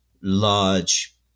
large